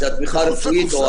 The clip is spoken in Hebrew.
של התמיכה הרפואית,